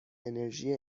انرژی